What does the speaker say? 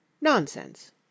Nonsense